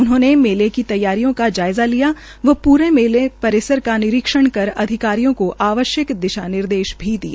उन्होंने मेले की तैयारियों का जायज़ा लिया व पूरे मेला परिसर का निरीक्षण कर अधिकारियों को आवश्यक दिशा निर्देश भी दिए